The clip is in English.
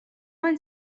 one